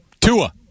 Tua